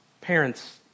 Parents